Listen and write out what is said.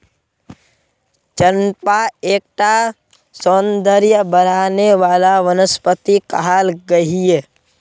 चंपा एक टा सौंदर्य बढाने वाला वनस्पति कहाल गहिये